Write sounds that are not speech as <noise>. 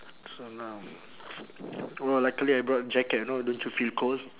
so now <noise> !wah! luckily I brought jacket you know don't you feel cold